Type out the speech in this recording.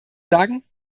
sagen